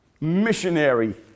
missionary